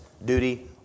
Duty